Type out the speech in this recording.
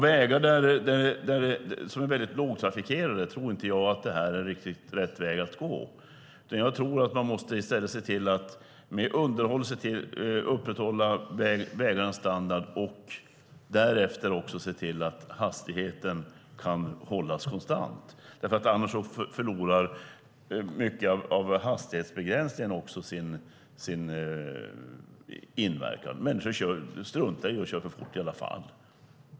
Jag tror inte att detta är rätt väg att gå på vägar som är lågtrafikerade. Jag tror att man i stället måste se till att med underhåll upprätthålla vägarnas standard. Därmed kan också hastigheten hållas konstant. Annars förlorar mycket av hastighetsbegränsningen sin inverkan. Människor struntar i den och kör för fort i alla fall.